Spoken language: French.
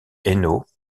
hainaut